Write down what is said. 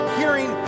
hearing